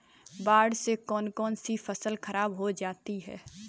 बाढ़ से कौन कौन सी फसल खराब हो जाती है?